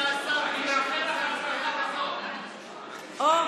אוה,